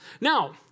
Now